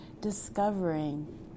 discovering